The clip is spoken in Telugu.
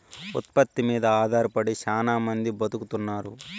ఉత్పత్తి మీద ఆధారపడి శ్యానా మంది బతుకుతున్నారు